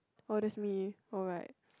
oh that's me alright